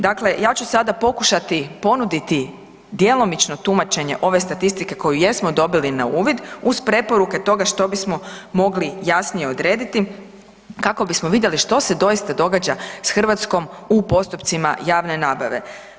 Dakle, ja ću sada pokušati ponuditi djelomično tumačenje ove statistike koju jesmo dobili na uvid uz preporuke toga što bismo mogli jasnije odrediti kako bismo vidjeli što se doista događa s Hrvatskom u postupcima javne nabave.